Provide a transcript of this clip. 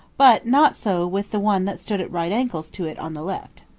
but not so with the one that stood at right angles to it on the left.